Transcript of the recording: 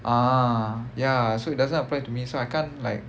ah ya so it doesn't apply to me so I can't like